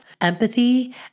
empathy